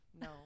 No